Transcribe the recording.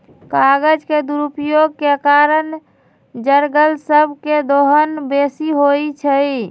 कागज के दुरुपयोग के कारण जङगल सभ के दोहन बेशी होइ छइ